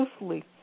loosely